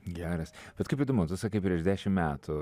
geras bet kaip įdomu tu sakai prieš dešim metų